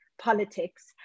politics